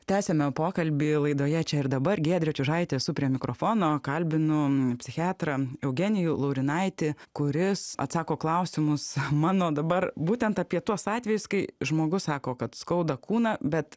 tęsiame pokalbį laidoje čia ir dabar giedrė čiužaitė esu prie mikrofono kalbinu psichiatrą eugenijų laurinaitį kuris atsako klausimus mano dabar būtent apie tuos atvejus kai žmogus sako kad skauda kūną bet